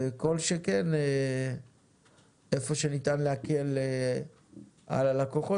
כל שכן איפה שניתן להקל על הלקוחות,